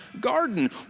garden